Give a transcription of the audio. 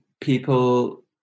people